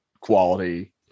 quality